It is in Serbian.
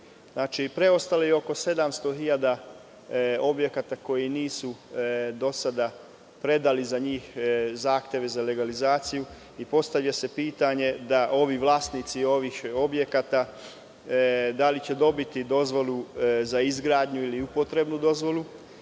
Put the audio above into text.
preostalo je oko 700 hiljada objekata koji nisu do sada predali zahteve za legalizaciju. Postavlja se pitanje da li će vlasnici ovih objekata dobiti dozvolu za izgradnju ili upotrebnu dozvolu?